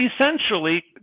essentially